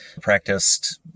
practiced